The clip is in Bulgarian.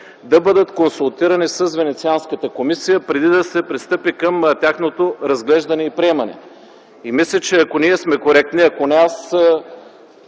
да бъдат консултирани с Венецианската комисия преди да се пристъпи към тяхното разглеждане и приемане? Мисля, че ако ние сме коректни ...